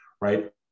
Right